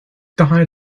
died